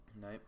Nope